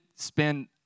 spend